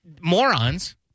morons